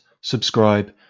subscribe